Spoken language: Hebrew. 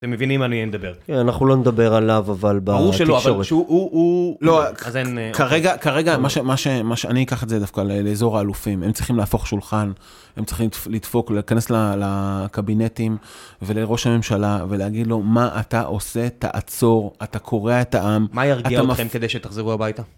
אתם מבינים על מי אין דבר. אנחנו לא נדבר עליו, אבל ברור ש... ברור שלא, אבל הוא... לא, כרגע מה שאני אקח את זה דווקא לאזור האלופים, הם צריכים להפוך שולחן, הם צריכים לדפוק, להיכנס לקבינטים ולראש הממשלה, ולהגיד לו, מה אתה עושה? תעצור, אתה קורע את העם. מה ירגיע אתכם כדי שתחזרו הביתה?